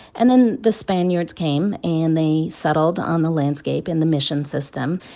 and then the spaniards came, and they settled on the landscape in the mission system,